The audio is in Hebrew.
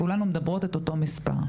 כולנו מדברות את אותו מספר.